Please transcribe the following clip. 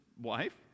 wife